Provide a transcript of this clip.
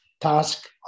task